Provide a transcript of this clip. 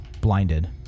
blinded